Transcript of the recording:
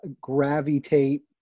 gravitate